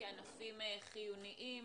כענפים חיוניים.